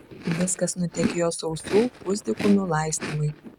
viskas nutekėjo sausų pusdykumių laistymui